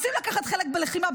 רוצים לקחת חלק בלחימה,